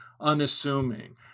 unassuming